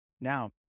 Now